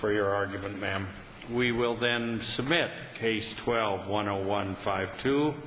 for your argument ma'am we will then submit case twelve one zero one five two